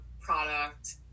product